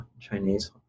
Chinese